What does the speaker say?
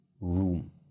room